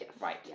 right